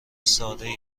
سادهای